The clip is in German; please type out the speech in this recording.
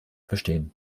bestehen